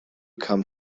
come